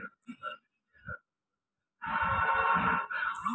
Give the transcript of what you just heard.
ಮಾರುಕಟ್ಟೆ ಮಾದರಿಯಲ್ಲಿ e commerce ಕಂಪನಿಗಳು ಯಾವ ಲೆಕ್ಕಪತ್ರ ನೇತಿಗಳನ್ನು ಬಳಸುತ್ತಾರೆ?